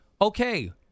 Okay